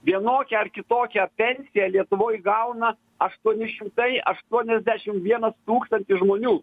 vienokią ar kitokią pensiją lietuvoj gauna aštuoni šimtai aštuoniasdešimt vienas tūkstantis žmonių